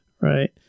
right